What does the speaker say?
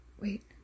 wait